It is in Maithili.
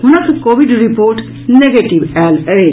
हुनक कोविड रिपोर्ट नेगेटिव आयल अछि